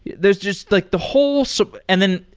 there's just like the whole so and then,